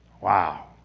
Wow